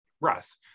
Russ